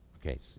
Okay